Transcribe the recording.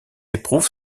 éprouve